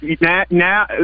Now